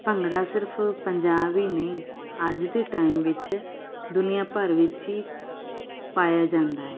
ਭੰਗੜਾ ਸਿਰਫ ਪੰਜਾਬ ਹੀ ਨਹੀਂ ਅੱਜ ਦੇ ਟਾਈਮ ਵਿੱਚ ਦੁਨੀਆ ਭਰ ਵਿੱਚ ਹੀ ਪਾਇਆ ਜਾਂਦਾ ਹੈ